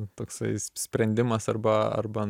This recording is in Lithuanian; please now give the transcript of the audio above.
toksai sprendimas arba arba